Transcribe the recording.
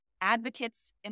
advocates